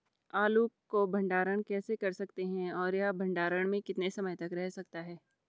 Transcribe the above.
आलू को भंडारण कैसे कर सकते हैं और यह भंडारण में कितने समय तक रह सकता है?